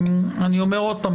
אני אומר עוד פעם,